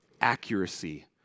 accuracy